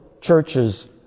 churches